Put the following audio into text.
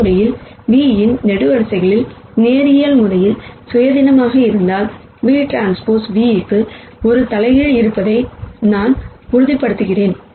இந்த முறையில் v இன் காலம்கள் லீனியர் முறையில் இண்டிபெண்டன்ட் ஆக இருந்தால் vTv க்கு ஒரு இன்வெர்ஸ் இருப்பதை நான் உறுதிப்படுத்துவோம்